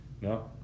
No